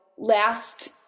last